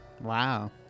Wow